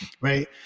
Right